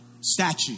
statue